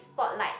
spotlight